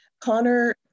Connor